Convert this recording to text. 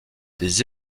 des